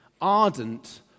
ardent